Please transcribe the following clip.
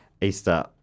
Easter